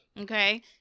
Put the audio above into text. Okay